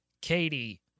Katie